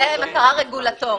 זה למטרה רגולטורית,